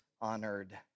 honored